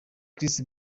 chris